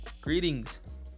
Greetings